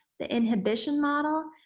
the inhibition model,